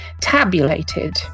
tabulated